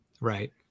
Right